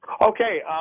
Okay